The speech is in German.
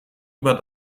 über